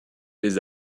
les